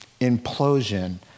implosion